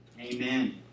Amen